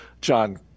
John